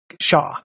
Shaw